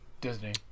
Disney